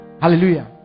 Hallelujah